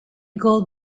gold